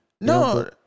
No